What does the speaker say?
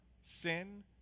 sin